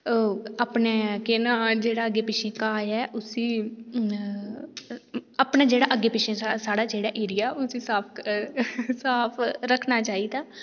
अपना केह् ना कि जेह्ड़ा अग्गें पिच्छें घाऽ ऐ ते उसी अपना जेह्ड़ा साढ़े अग्गें पिच्छें साढ़ा एरिया उसी साफ रक्खना चाहिदा